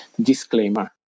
disclaimer